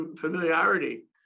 familiarity